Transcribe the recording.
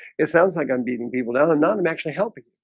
it sounds like i'm beating people, no, they're not. i'm actually helping